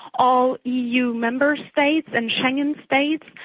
all eu member states and schengen states,